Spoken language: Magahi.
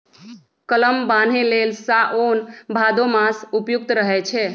कलम बान्हे लेल साओन भादो मास उपयुक्त रहै छै